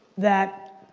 that